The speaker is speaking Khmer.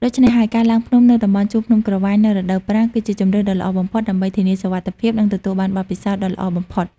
ដូច្នេះហើយ ការឡើងភ្នំនៅតំបន់ជួរភ្នំក្រវាញនៅរដូវប្រាំងគឺជាជម្រើសដ៏ល្អបំផុតដើម្បីធានាសុវត្ថិភាព និងទទួលបានបទពិសោធន៍ដ៏ល្អបំផុត។